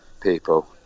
people